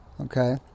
okay